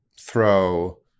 throw